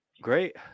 Great